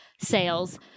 sales